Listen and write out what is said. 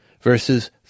verses